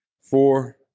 four